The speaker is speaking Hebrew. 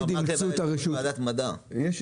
ומקלב,